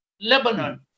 Lebanon